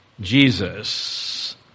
Jesus